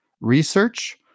research